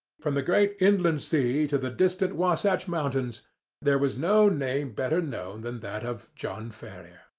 from the great inland sea to the distant wahsatch mountains there was no name better known than that of john ferrier.